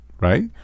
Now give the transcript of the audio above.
Right